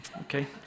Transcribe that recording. Okay